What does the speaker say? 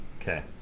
Okay